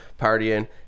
partying